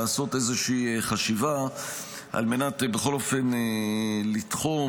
לעשות איזושהי חשיבה על מנת בכל אופן לתחום,